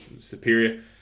superior